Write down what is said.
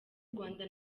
rwanda